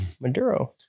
Maduro